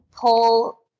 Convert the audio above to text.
pull